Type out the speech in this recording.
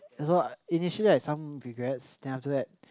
so initially I've some regrets then after that